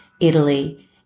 Italy